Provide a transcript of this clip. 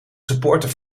supporter